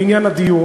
לעניין הדיור,